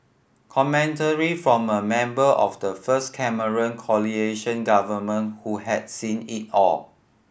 commentary from a member of the first Cameron government who had seen it all